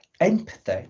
Empathy